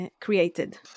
created